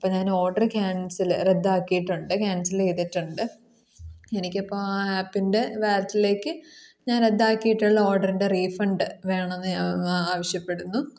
അപ്പോൾ ഞാൻ order cancel റദ്ദാക്കിയിട്ടുണ്ട് കാൻസല് ചെയ്തിട്ടുണ്ട് എനിക്കിപ്പോൾ ആ ആപ്പിൻ്റെ വാലറ്റിലേക്ക് ഞാൻ റദ്ദാക്കിയിട്ടുള്ള ഓഡറിൻ്റെ റീഫണ്ട് വേണം എന്ന് ഞാൻ ആവശ്യപ്പെടുന്നു